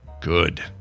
good